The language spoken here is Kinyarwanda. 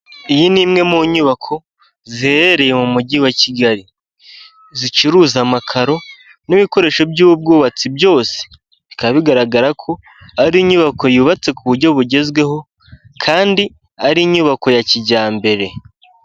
Iyi ni imwe mu nyubako ziherereye mu mujyi wa Kigali zicuruza amakaro n'ibikoresho by'ubwubatsi byose. Bikaba bigaragara ko ari inyubako yubatse ku buryo bugezweho, kandi ari inyubako ya kijyambere.